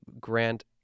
Grant